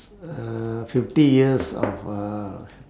uh fifty years of uh